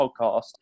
podcast